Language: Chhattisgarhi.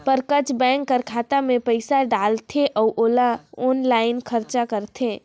प्रत्यक्छ बेंक कर खाता में पइसा डालथे अउ ओला आनलाईन खरचा करथे